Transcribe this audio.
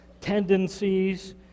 tendencies